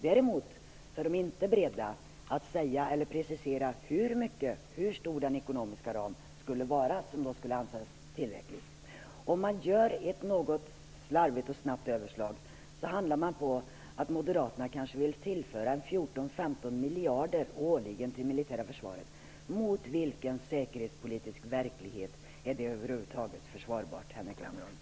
Däremot är man inte beredd att precisera hur stor den ekonomiska ramen skulle vara för att kunna anses som tillräcklig. Vid ett snabbt och slarvigt överslag finner man att moderaterna vill tillföra 14-15 miljarder årligen till det militära försvaret. Mot vilken säkerhetspolitisk verklighet är detta över huvud taget försvarbart, Henrik Landerholm?